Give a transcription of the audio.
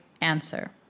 answer